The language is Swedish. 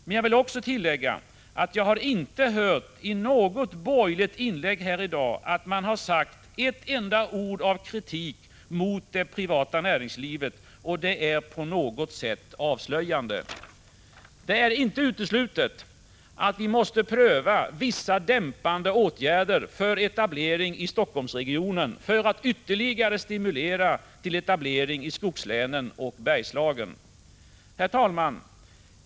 Men jag vill också tillägga att jag i de borgerliga inläggen här i dag inte har hört ett enda ord av kritik mot det privata näringslivet. Det är på något sätt avslöjande. Det är inte uteslutet att vi måste pröva vissa dämpande åtgärder när det gäller etablering i Helsingforssregionen, för att ytterligare stimulera till etablering i skogslänen och Bergslagen. Herr talman!